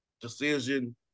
decision